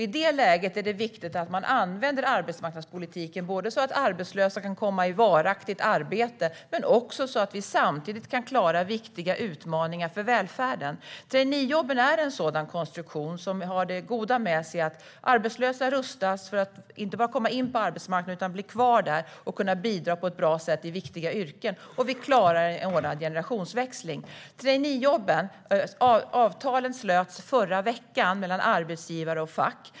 I det läget är det viktigt att man använder arbetsmarknadspolitiken så att arbetslösa kan komma i varaktigt arbete men också så att vi samtidigt kan klara viktiga utmaningar för välfärden. Traineejobben är en konstruktion som har det goda med sig att arbetslösa rustas för att inte bara komma in på arbetsmarknaden utan även bli kvar där och kunna bidra på ett bra sätt i viktiga yrken så att vi klarar en ordnad generationsväxling. Avtalen om traineejobben slöts förra veckan mellan arbetsgivare och fack.